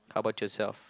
how about yourself